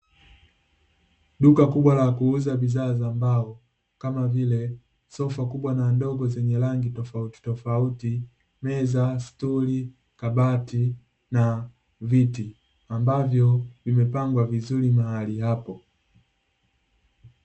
Duka kubwa la kuuza bidhaa za mbao, kama vile sofa kubwa na ndogo zenye rangi tofauti tofauti, meza, stuli, kabati na viti. Ambavyo vimepangwa vizuri mahali hapo.